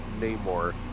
Namor